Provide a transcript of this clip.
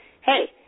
hey